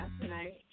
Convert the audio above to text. tonight